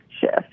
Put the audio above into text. shift